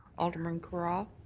alderman carra.